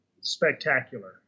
spectacular